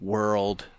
World